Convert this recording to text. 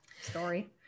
story